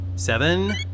Seven